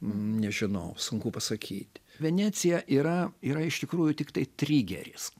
nežinau sunku pasakyt venecija yra yra iš tikrųjų tiktai trigeris